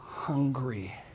hungry